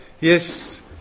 Yes